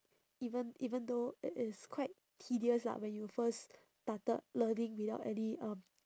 even even though it is quite tedious lah when you first started learning without any um